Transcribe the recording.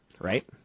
right